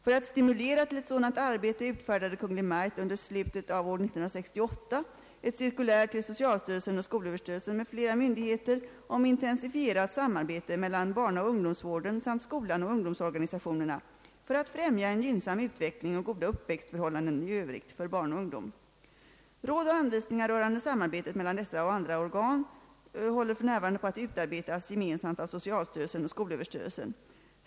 För att stimulera till ett sådant samarbete utfärdade Kungl. Maj:t under slutet av år 1968 ett cirkulär till socialstyrelsen och skolöverstyrelsen m.fl. myndigheter om intensifierat samarbete mellan barnaoch ungdomsvården samt skolan och ungdomsorganisationerna för att främja en gynnsam utveckling och goda uppväxtförhållanden i övrigt för barn och ungdom. Råd och anvisningar rörande samarbetet mellan dessa och andra organ håller f.n. på att utarbetas gemensamt av socialstyrelsen och skolöverstyrelsen.